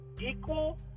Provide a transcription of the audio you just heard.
equal